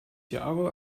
jahre